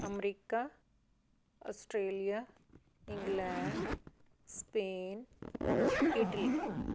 America Australia England Spain Italy